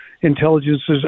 intelligences